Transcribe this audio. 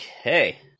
Okay